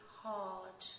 hard